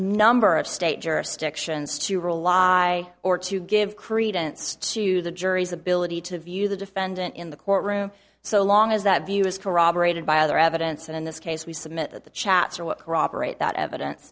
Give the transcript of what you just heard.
number of state jurisdictions to rely or to give credence to the jury's ability to view the defendant in the courtroom so long as that view is corroborated by other evidence and in this case we submit that the chats are what corroborate that evidence